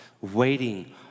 waiting